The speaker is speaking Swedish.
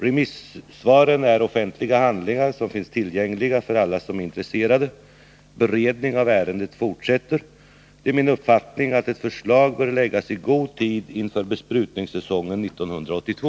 Remissvaren är offentliga handlingar som finns tillgängliga för alla som är intresserade. Beredningen av ärendet fortsätter. Det är min uppfattning att ett förslag bör läggas fram i god tid inför besprutningssäsongen 1982.